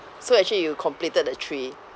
so actually you completed the three